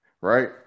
right